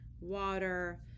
water